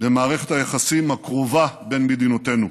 במערכת היחסים הקרובה בין מדינותינו.